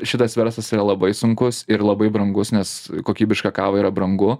šitas verslas yra labai sunkus ir labai brangus nes kokybiška kava yra brangu